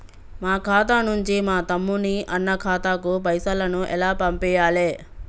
మా ఖాతా నుంచి మా తమ్ముని, అన్న ఖాతాకు పైసలను ఎలా పంపియ్యాలి?